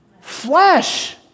flesh